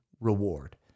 reward